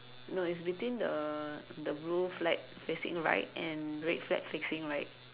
no it's between the the blue flag facing right and red flag facing right